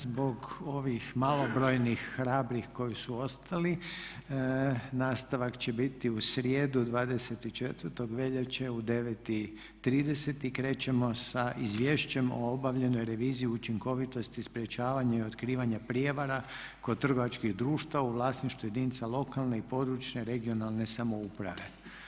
Zbog ovih malobrojnih hrabrih koji su ostali nastavak će biti u srijedu 24. veljače u 9,30 i krećemo sa Izvješćem o obavljenoj reviziji učinkovitosti i sprječavanje otkrivanja prijevara kod trgovačkih društava u vlasništvu jedinica lokalne i područne (regionalne)samouprave.